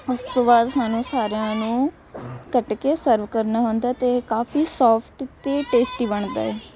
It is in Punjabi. ਉਸ ਤੋਂ ਬਾਅਦ ਸਾਨੂੰ ਸਾਰਿਆਂ ਨੂੰ ਕੱਟ ਕੇ ਸਰਵ ਕਰਨਾ ਹੁੰਦਾ ਅਤੇ ਕਾਫ਼ੀ ਸੋਫਟ ਅਤੇ ਟੇਸਟੀ ਬਣਦਾ ਏ